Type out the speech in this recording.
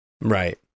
Right